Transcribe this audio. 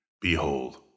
behold